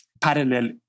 parallel